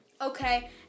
Okay